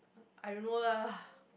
I don't know lah